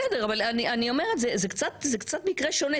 בסדר, אבל אני אומרת שזה קצת מקרה שונה.